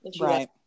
Right